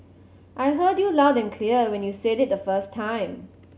I heard you loud and clear when you said it the first time